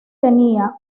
tenía